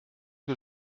que